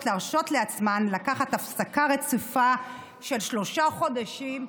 להרשות לעצמן לקחת הפסקה רצופה של שלושה חודשים,